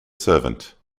servant